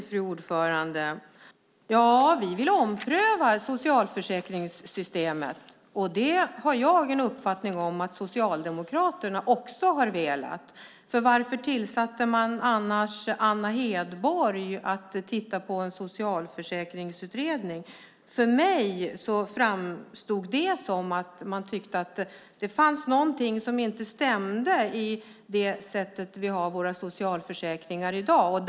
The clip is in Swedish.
Fru talman! Vi vill ompröva socialförsäkringssystemet, och jag har uppfattningen att Socialdemokraterna också har velat det. Varför tillsattes annars Anna Hedborg att leda en socialförsäkringsutredning? För mig framstod det som att man tyckte att det fanns något som inte stämde i det sätt på vilket våra socialförsäkringar fungerar i dag.